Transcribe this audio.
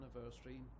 anniversary